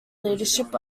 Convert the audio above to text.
leadership